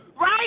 right